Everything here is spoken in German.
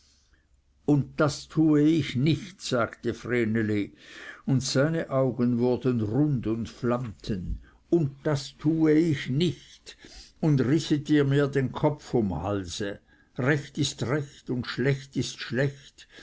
und das tue ich nicht sagte vreneli und seine augen wurden rund und flammten und das tue ich nicht und risset ihr mir den kopf vom halse recht ist recht und schlecht ist schlecht